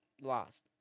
lost